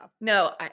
No